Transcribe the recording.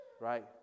right